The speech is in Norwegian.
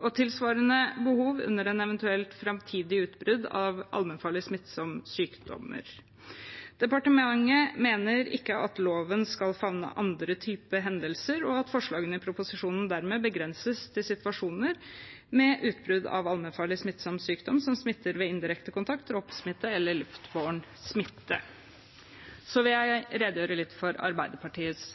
og tilsvarende behov under eventuelle framtidige utbrudd av allmennfarlig smittsom sykdom. Departementet mener ikke at loven skal favne andre typer hendelser, og at forslagene i proposisjonen dermed begrenses til situasjoner med utbrudd av allmennfarlig smittsom sykdom som smitter ved indirekte kontakt, dråpesmitte eller luftbåren smitte. Så vil jeg redegjøre litt for Arbeiderpartiets